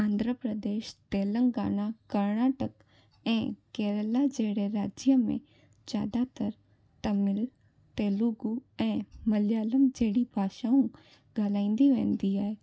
आंध्र प्रदेश तेलांगाना कर्नाटक ऐं केरल जहिड़े राज्य में ज़्यादातर तमिल तेलुगू ऐं मलियालम जहिड़ी भाषाऊं ॻाल्हाईंदी वेंदी आहे